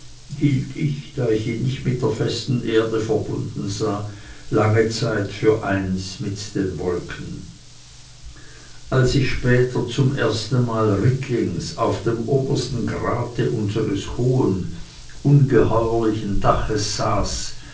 ich da ich ihn nicht mit der festen erde verbunden sah lange zeit für eins mit den wolken als ich später zum ersten male rittlings auf dem obersten grate unseres hohen ungeheuerlichen daches saß